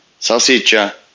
salsicha